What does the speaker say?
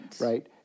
right